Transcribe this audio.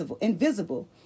invisible